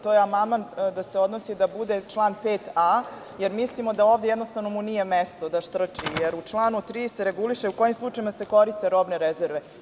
To je da bude član 5a, jer mislimo da mu ovde jednostavno nije mesto, da štriči, jer u članu 3. se reguliše u kojim slučajevima se koriste robne rezerve.